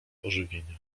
ożywienia